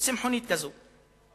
היא צמחונית כזאת.